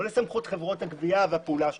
לא לסמכויות חברות הגבייה והפעולה שלהן.